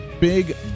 big